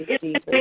Jesus